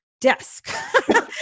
desk